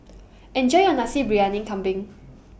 Enjoy your Nasi Briyani Kambing